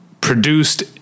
produced